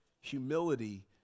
humility